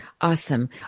awesome